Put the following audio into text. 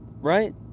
Right